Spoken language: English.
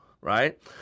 right